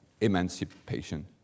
emancipation